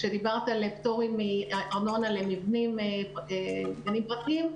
כשדיברת על פטורים מארנונה למבנים של גנים פרטיים,